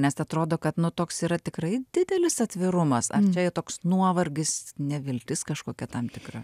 nes atrodo kad nu toks yra tikrai didelis atvirumas ar čia toks nuovargis neviltis kažkokia tam tikra